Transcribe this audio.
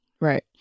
Right